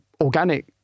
organic